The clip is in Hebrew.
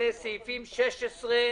אלה סעיפים 16,